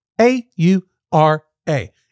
A-U-R-A